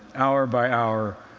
hour by hour,